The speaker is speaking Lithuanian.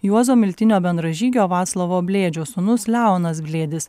juozo miltinio bendražygio vaclovo blėdžio sūnus leonas blėdis